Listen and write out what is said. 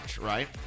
right